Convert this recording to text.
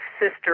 sister